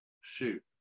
Shoot